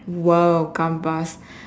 !whoa! gambas